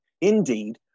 Indeed